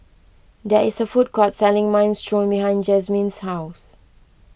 there is a food court selling Minestrone behind Jazmine's house